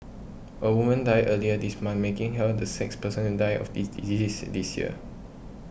a woman died earlier this month making her the sixth person to die of the disease this year